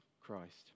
Christ